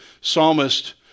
psalmist